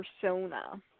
persona